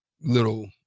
little